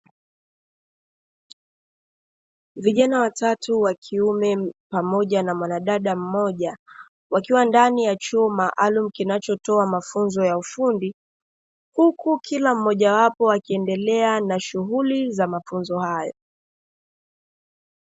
Vijana watatu wa kiume pamoja na mwanadada mmoja, wakiwa ndani ya chuo maalumu kinachotoa mafunzo ya ufundi, huku kila mmoja wapo akiendelea na shughuli za mafunzo hayo.